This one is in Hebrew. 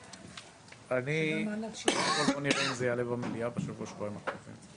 בוא נראה אם זה יעלה במליאה בשבוע-שבועיים הקרובים.